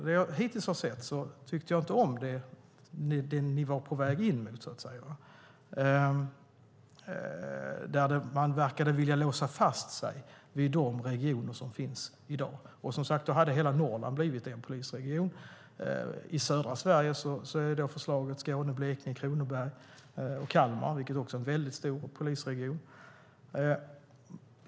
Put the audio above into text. Det jag hittills sett har jag inte tyckt om, alltså det som ni, Beatrice Ask, var på väg mot, det vill säga att man verkade vilja låsa fast sig vid de regioner som föreslagits. I så fall hade hela Norrland blivit en polisregion. I södra Sverige är förslaget att Skåne, Blekinge, Kronoberg och Kalmar slås ihop, också det en mycket stor polisregion.